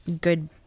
good